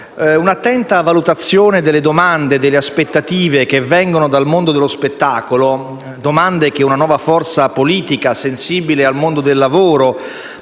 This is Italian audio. Una attenta valutazione delle domande e delle aspettative che vengono dal mondo dello spettacolo - domande che una nuova forza politica, sensibile al mondo del lavoro